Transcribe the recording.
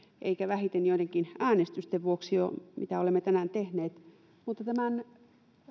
eikä vähiten joidenkin äänestysten vuoksi mitä olemme tänään jo tehneet vaan tämän